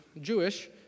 Jewish